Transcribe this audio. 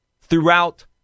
throughout